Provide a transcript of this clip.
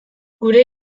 gure